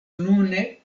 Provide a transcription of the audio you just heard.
nune